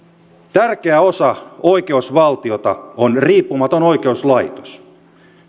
tärkeä osa oikeusvaltiota on riippumaton oikeuslaitos